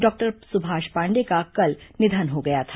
doctor Pandey का कल निधन हो गया था